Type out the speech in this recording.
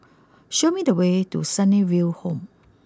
show me the way to Sunnyville Home